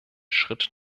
schritt